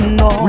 no